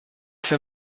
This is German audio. für